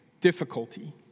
difficulty